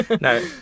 No